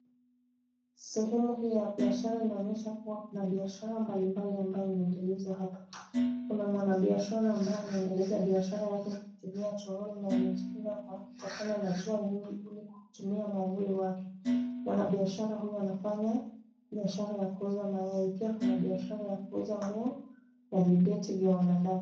Sehemu hii ya biashara inaonyesha kuwa kuna biashara mbalimbali ambayo inaendelezwa hapa. Kuna mwanabiashara ambaye anaendeleza biashara yake kwa kutumia chooni na amejinga kwa kutokana na jua nyingi ili kutumia mwavuli wake. Mwanabiashara huyu anafanya biashara ya kuuza mayai. Pia kuna biashara ya kuuza nguo na vibeti vya wanadada.